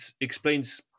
explains